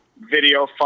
video